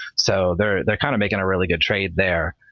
so they're they're kind of making a really good trade there.